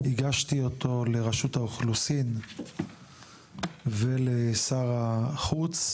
הגשתי אותו לרשות האוכלוסין ולשר החוץ,